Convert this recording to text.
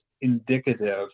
indicative